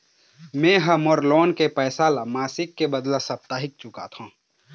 में ह मोर लोन के पैसा ला मासिक के बदला साप्ताहिक चुकाथों